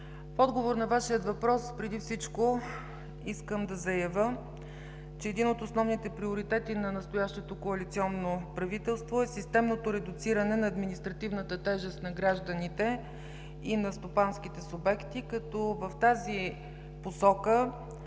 отговор на Вашия въпрос преди всичко искам да заявя, че един от основите приоритети на настоящото коалиционно правителство е системното редуциране на административната тежест на гражданите и на стопанските субекти, като в тази посока